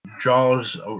Jaws